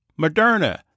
Moderna